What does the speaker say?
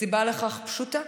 הסיבה לכך פשוטה: